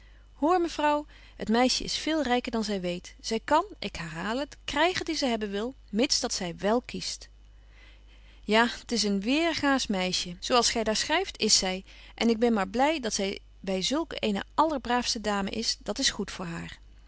hoor mevrouw het meisje is veel ryker dan zy weet zy kan ik herhaal het krygen die zy hebben wil mits dat zy wél kiest ja t is een weêrgaâs meisje zo als gy daar schryft is zy en ik ben maar bly dat zy by zulk eene allerbraafste dame is dat is goed voor haar